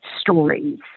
stories